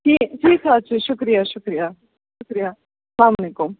ٹھیٖک ٹھیٖک حظ چھُ شُکریہ شُکریہ شُکریہ سلام علیکُم